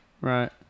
right